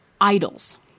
idols